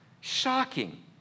Shocking